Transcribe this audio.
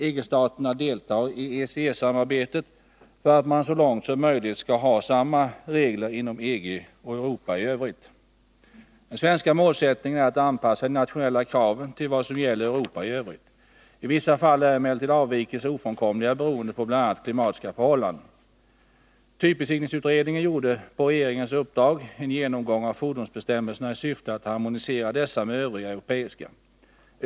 EG-staterna deltar i ECE-samarbetet för att man så långt som möjligt skall ha samma regler inom EG och Europa i övrigt. Den svenska målsättningen är att anpassa de nationella kraven till vad som gäller i Europa i övrigt. I vissa fall är emellertid avvikelser ofrånkomliga beroende på bl.a. klimatiska förhållanden. Typbesiktningsutredningen gjorde på regeringens uppdrag en genomgång av fordonsbestämmelserna i syfte att harmonisera dessa med övriga europeiska.